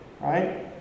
Right